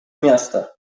miasta